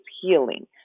healing